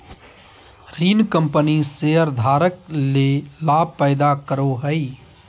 ऋण कंपनी शेयरधारक ले लाभ पैदा करो हइ